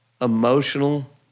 emotional